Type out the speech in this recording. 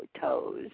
toes